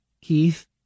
Keith